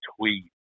tweet